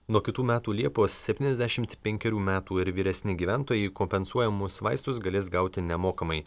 nuo kitų metų liepos septyniasdešimt penkerių metų ir vyresni gyventojai kompensuojamus vaistus galės gauti nemokamai